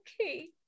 okay